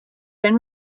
then